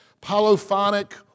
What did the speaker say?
polyphonic